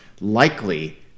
likely